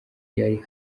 yari